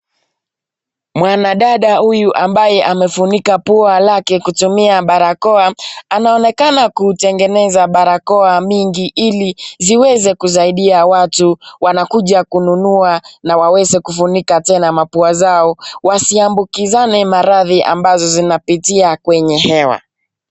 Mwanadada huyu ambaye amefunika pua lake kutumia barakoa, anaonekana kutengeneza barakoa mingi ili ziweze kusaidia watu. Wanakuja kununua na waweze kufunika tena mapua zao wasiambukizane maradhi ambazo zinapitia kwenye hewa.